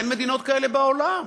אין מדינות כאלה בעולם.